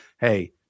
hey